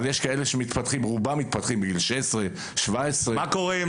יש כאלה שמתפתחים בגילאי 16-17. מה קורה אם